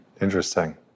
Interesting